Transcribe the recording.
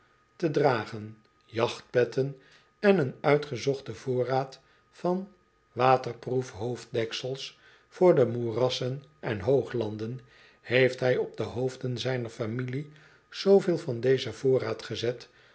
te dragen jachtpetten en een uitgezochten voorraad van waterproefhoofddeksels voor de moerassen en hooglanden heeft hij op de hoofden zijner familie zooveel van dezen voorraad gezet